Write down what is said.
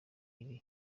iri